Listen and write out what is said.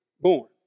born